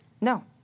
No